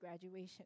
graduation